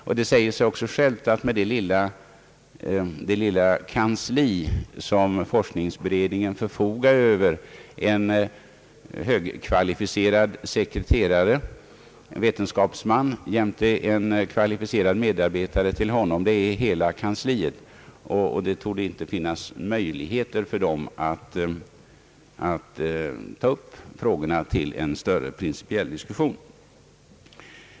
Detta säger sig också självt med det lilla kansli som forskningsberedningen förfogar över — en högkvalificerad skereterare, en vetenskapsman och en kvalificerad medarbetare till honom. Det torde inte finnas några möjligheter för dessa personer att ta upp frågorna till en större principiell diskussion.